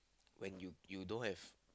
when you you don't have